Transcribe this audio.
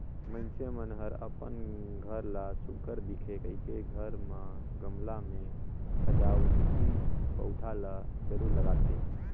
मइनसे मन हर अपन घर ला सुग्घर दिखे कहिके घर म गमला में सजावटी पउधा ल जरूर लगाथे